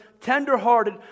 tenderhearted